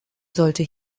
sollte